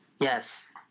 yes